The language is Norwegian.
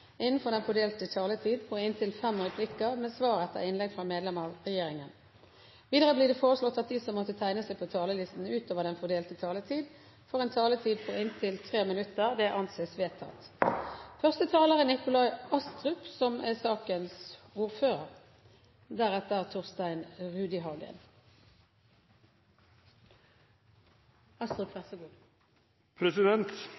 på inntil fem replikker med svar etter innlegg fra medlem av regjeringen innenfor den fordelte taletid. Videre blir det foreslått at de som måtte tegne seg på talerlisten utover den fordelte taletid, får en taletid på inntil 3 minutter. – Det anses vedtatt. Det er en samlet komité som